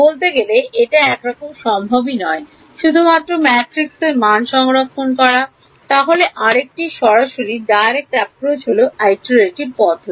বলতে গেলে এটা একরকম সম্ভবই নয় শুধুমাত্র ম্যাট্রিক্স এর মান সংরক্ষণ করা তাহলে আরেকটা সরাসরি অভিগমন হল Iterative পদ্ধতি